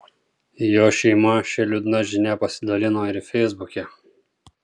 jo šeima šia liūdna žinia pasidalino ir feisbuke